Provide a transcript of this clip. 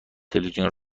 تلویزیون